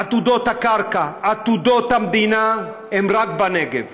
עתודות הקרקע, עתודות המדינה, הן רק בנגב.